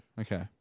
Okay